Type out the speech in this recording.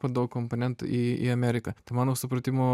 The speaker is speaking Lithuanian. daug komponentų į į ameriką tai mano supratimu